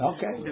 Okay